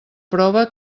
prova